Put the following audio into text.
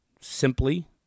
simply